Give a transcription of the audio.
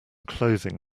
clothing